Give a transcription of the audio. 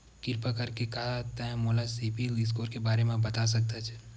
किरपा करके का तै मोला सीबिल स्कोर के बारे माँ बता सकथस?